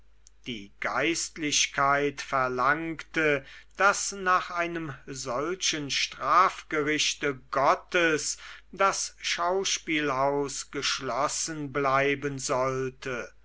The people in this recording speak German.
die geistlichkeit verlangte daß nach einem solchen strafgerichte gottes das schauspielhaus geschlossen bleiben sollte